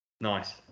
Nice